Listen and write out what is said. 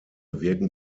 wirken